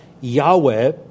Yahweh